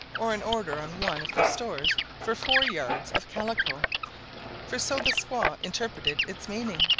or an order on one of the stores for four yards of calico for so the squaw interpreted its meaning.